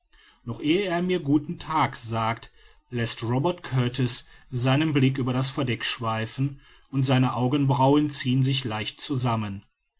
noch ehe er mir guten tag sagt läßt robert kurtis seinen blick über das verdeck schweifen und seine augenbrauen ziehen sich leicht zusammen